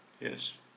Yes